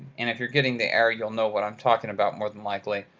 and if you're getting the error, you'll know what i'm talking about more than likely,